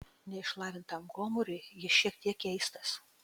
neišlavintam gomuriui jis šiek tiek keistas